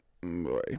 Boy